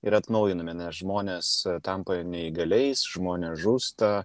ir atnaujinami nes žmonės tampa ir neįgaliais žmonės žūsta